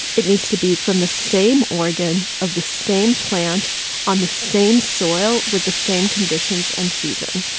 it needs to be from the same organ of the same plant on the same soil with the same conditions and season.